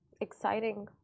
exciting